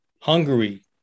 Hungary